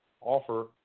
Offer